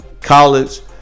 college